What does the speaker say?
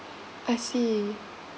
I see